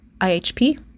IHP